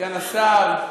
סגן השר,